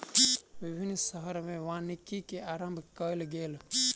विभिन्न शहर में वानिकी के आरम्भ कयल गेल